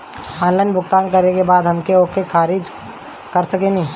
Online भुगतान करे के बाद हम ओके खारिज कर सकेनि?